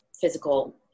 physical